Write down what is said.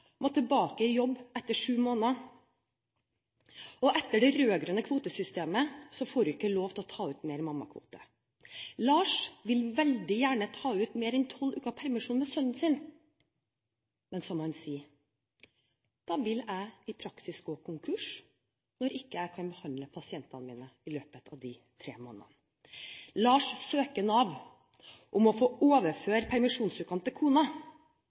må tilbake i jobb etter sju måneder. Etter det rød-grønne kvotesystemet får hun ikke lov til ta ut mer mammakvote. Lars vil veldig gjerne ta ut mer enn tolv uker permisjon med sønnen sin, men, som han sier: Da vil jeg i praksis gå konkurs, når jeg ikke kan behandle pasientene mine i løpet av de tre månedene. Lars søker Nav om å få overføre permisjonsukene til kona.